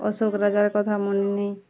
অশোক রাজার কথা মনে নেই